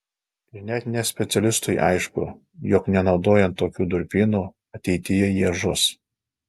ir net nespecialistui aišku jog nenaudojant tokių durpynų ateityje jie žus